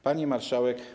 Pani Marszałek!